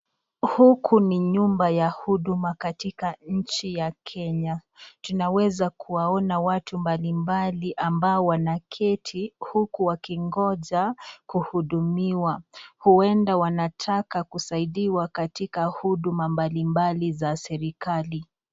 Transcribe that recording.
Huku ni nyumba ya huduma katika nchi ya Kenya, tunaweza kuwaona watu mbalimbali ambao wanaketi huku wakingoja kuhudumiwa, huwenda wanataka kusaidiwa katika huduma mbalimbali za serikali.